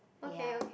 ya